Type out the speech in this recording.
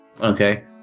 Okay